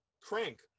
crank